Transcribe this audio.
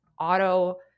Auto